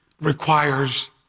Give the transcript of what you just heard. requires